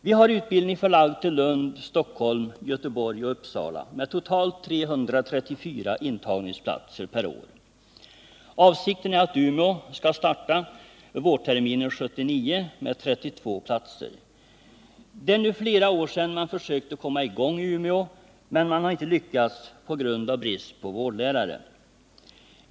Vi har utbildning förlagd till Lund, Stockholm, Göteborg och Uppsala med totalt 334 intagningsplatser per år. Avsikten är att Umeå skall starta vårterminen 1979 med 32 platser. Det är nu flera år sedan man försökte komma i gång i Umeå, men man har inte lyckats på grund av brist på vårdlärare.